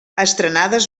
estrenades